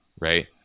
right